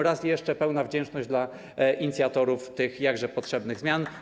Raz jeszcze pełna wdzięczność dla inicjatorów tych jakże potrzebnych zmian.